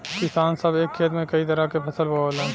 किसान सभ एक खेत में कई तरह के फसल बोवलन